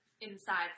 inside